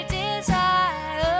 desire